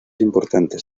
importantes